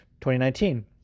2019